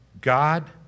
God